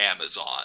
Amazon